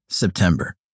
September